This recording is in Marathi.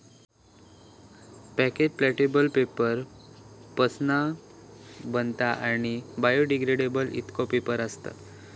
पॅकेट प्लॅटेबल पेपर पासना बनता आणि बायोडिग्रेडेबल इको पेपर असता